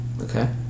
Okay